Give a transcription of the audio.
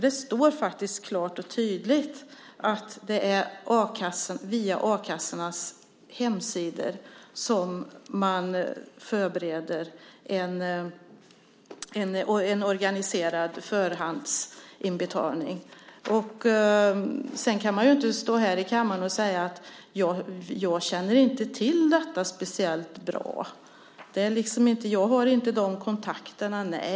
Det står faktiskt klart och tydligt att det är via a-kassornas hemsidor som man förbereder en organiserad förhandsinbetalning. Sedan kan man inte stå här i kammaren och säga att man inte känner till detta speciellt bra och att man inte har de kontakterna.